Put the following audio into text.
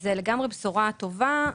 זאת בשורה טובה.